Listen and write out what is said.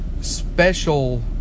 special